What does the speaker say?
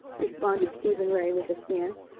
responded stephen ray with a sneer.